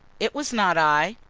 it was not i.